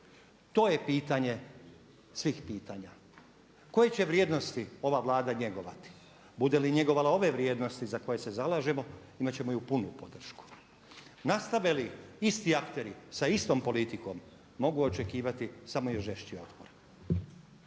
To je pitanje svih pitanja koje će vrijednosti ova Vlada njegovati. Bude li njegovala ove vrijednosti za koje se zalažemo imati će moju punu podršku. Nastave li isti akteri sa istom politikom mogu očekivati samo još žešći otpor.